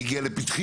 זה הגיע לפתחי,